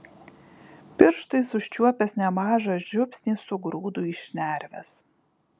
pirštais užčiuopęs nemažą žiupsnį sugrūdu į šnerves